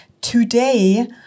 today